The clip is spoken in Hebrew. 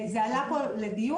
זה עלה פה לדיון,